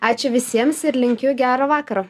ačiū visiems ir linkiu gero vakaro